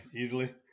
easily